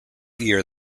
year